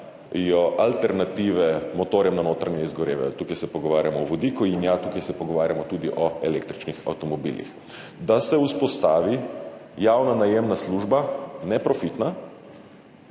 alternative motorjem na notranje izgorevanje, tukaj se pogovarjamo o vodiku in ja, tukaj se pogovarjamo tudi o električnih avtomobilih. Da se vzpostavi javna neprofitna